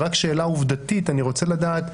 רק שאלה עובדתית אני רוצה לדעת,